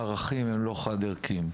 הערכים הם לא חד-ערכיים.